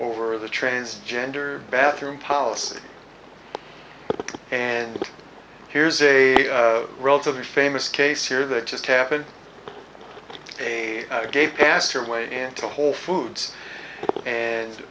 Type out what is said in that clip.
over the transgender bathroom policy and here's a relatively famous case here that just happened a gay pastor way into a whole foods and